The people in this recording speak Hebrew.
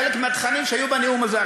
חלק מהתכנים שהיו בנאום הזה,